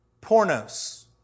Pornos